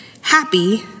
happy